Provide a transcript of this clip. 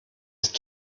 ist